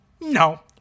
no